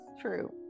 True